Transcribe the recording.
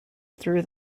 through